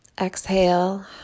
Exhale